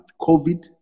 COVID